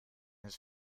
his